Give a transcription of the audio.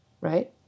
Right